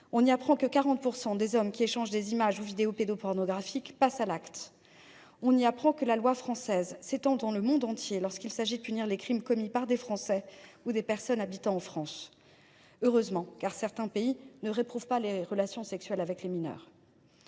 On y apprend que 40 % des hommes qui échangent des images ou des vidéos pédopornographiques passent à l’acte. On y apprend que la loi française s’étend dans le monde entier, lorsqu’il s’agit de punir les crimes commis par des Français ou des personnes habitant en France. Heureusement, car certains pays ne réprouvent pas les relations sexuelles avec les mineurs.